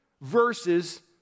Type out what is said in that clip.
verses